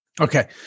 Okay